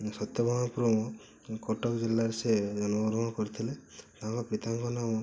ସତ୍ୟଭାମାପୁର କଟକ ଜିଲ୍ଲାରେ ସେ ଜନ୍ମଗ୍ରହଣ କରିଥିଲେ ତାଙ୍କ ପିତାଙ୍କ ନାମ